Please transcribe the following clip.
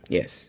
Yes